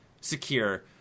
secure